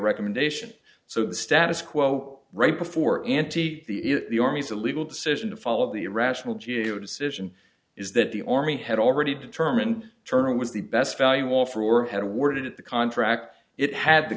recommendation so the status quo right before anted the the army's a legal decision the fall of the irrational g a o decision is that the army had already determined turner was the best value offer or had awarded the contract it had the